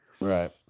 Right